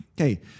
Okay